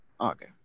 Okay